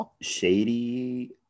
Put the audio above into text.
shady